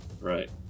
right